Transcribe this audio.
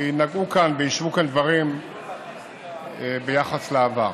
כי נגעו כאן והשמיעו כאן דברים ביחס לעבר.